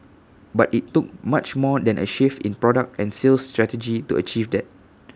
but IT took much more than A shift in product and sales strategy to achieve that